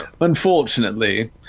unfortunately